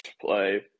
play